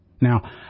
Now